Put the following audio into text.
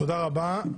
תודה רבה.